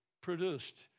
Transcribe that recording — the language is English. produced